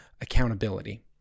accountability